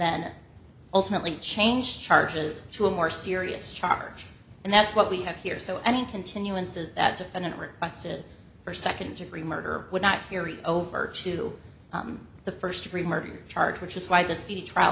then ultimately change charges to a more serious charge and that's what we have here so any continuances that defendant requested for second degree murder would not theory over to the first degree murder charge which is why the